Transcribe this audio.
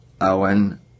Owen